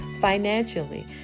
financially